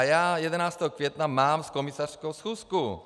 Já 11. května mám s komisařkou schůzku.